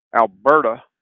Alberta